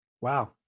Wow